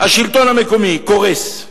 השלטון המקומי קורס.